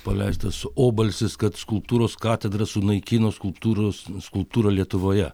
paleistas obalsis kad skulptūros katedra sunaikino skulptūros skulptūrą lietuvoje